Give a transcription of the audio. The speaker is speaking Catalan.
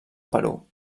perú